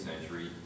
century